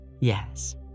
Yes